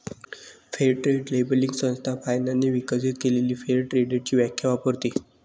fair trade labelling संस्था फाइनने विकसित केलेली फेअर ट्रेडची व्याख्या वापरते